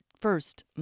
First